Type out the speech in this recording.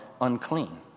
unclean